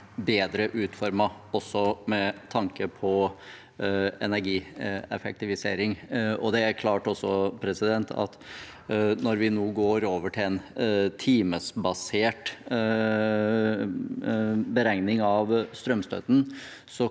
formet, også med tanke på energieffektivisering. Det er også klart at når vi nå går over til en timebasert beregning av strømstøtten,